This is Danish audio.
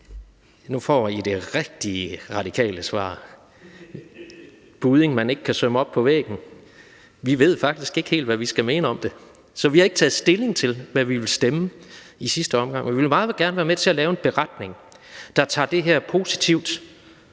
nu får I det rigtig radikale svar: budding, man ikke kan sømme op på væggen – at vi faktisk ikke helt ved, hvad vi skal mene om det. Så vi har ikke taget stilling til, hvad vi vil stemme i sidste ende, men vi vil meget gerne være med til at lave en beretning, der tager det her positivt